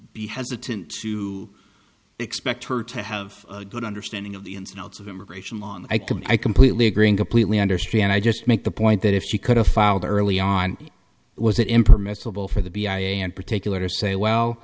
be hesitant to expect her to have a good understanding of the ins and outs of immigration law and i can i completely agree and completely understand i just make the point that if she could have filed early on was it impermissible for the b i a and particular to say well